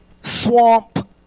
swamp